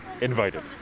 invited